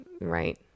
right